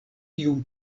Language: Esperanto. tiun